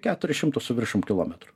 keturis šimtus su viršum kilometrų